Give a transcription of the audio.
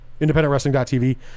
independentwrestling.tv